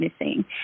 missing